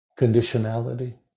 conditionality